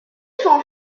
sont